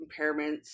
impairments